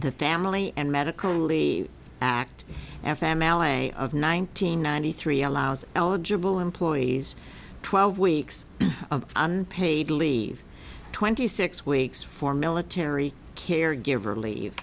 the family and medical leave act af am malet of nine hundred ninety three allows eligible employees twelve weeks of unpaid leave twenty six weeks for military caregiver leave